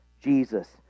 Jesus